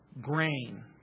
grain